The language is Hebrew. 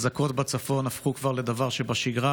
אזעקות בצפון הפכו כבר לדבר שבשגרה.